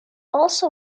also